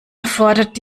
erfordert